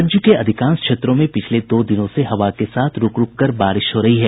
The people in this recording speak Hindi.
राज्य के अधिकांश क्षेत्रों में पिछले दो दिनों से हवा के साथ रूक रूककर बारिश हो रही है